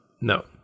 No